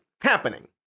happening